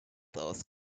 those